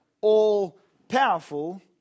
all-powerful